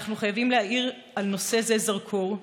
אנחנו חייבים להאיר על נושא זה זרקור,